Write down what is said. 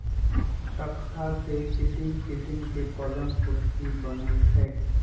तकख्ता से किशिम किशीम के पलंग कुर्सी बनए छइ